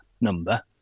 number